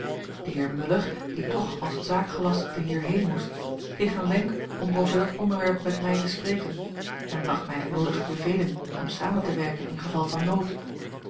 de heer muller die toch als zaakgelastigde hierheen moest kreeg een wenk om over dat onderwerp met mij te spreken en bracht mij de noodige bevelen om samen te werken ingeval van nood